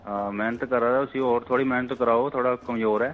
मैह्नत करा दा त ते उसी थोह्ड़ी होर मैह्नत कराओ कमजोर ऐ